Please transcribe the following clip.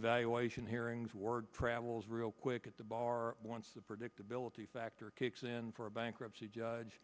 few valuation hearings word travels real quick at the bar once the predictability factor kicks in for a bankruptcy judge